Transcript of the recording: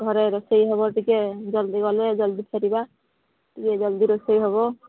ଘରେ ରୋଷେଇ ହବ ଟିକିଏ ଜଲ୍ଦି ଗଲେ ଜଲ୍ଦି ଫେରିବା ଟିକିଏ ଜଲ୍ଦି ରୋଷେଇ ହେବ